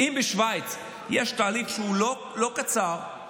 אם בשווייץ יש תהליך לא קצר,